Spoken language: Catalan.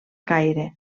caire